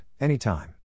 anytime